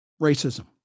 Racism